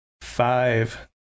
five